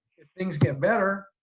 if things get better,